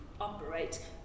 operate